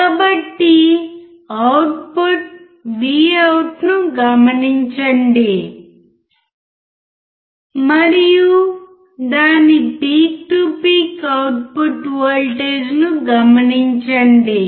కాబట్టి output VOUT ను గమనించండి మరియు దాని పీక్ టు పీక్ అవుట్పుట్ వోల్టేజ్ను గమనించండి